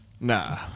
Nah